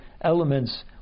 elements